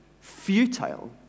futile